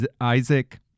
Isaac